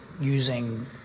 using